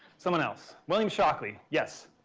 someone else. william shockley. yes?